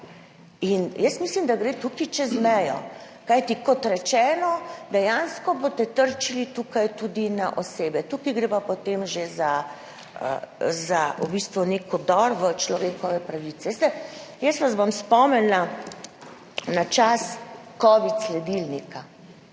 Jaz mislim, da gre tukaj čez mejo, kajti kot rečeno, dejansko boste tukaj trčili tudi na osebe, tukaj gre pa potem že za, v bistvu, nek vdor v človekove pravice. Veste, jaz vas bom spomnila na čas COVID-19 Sledilnika.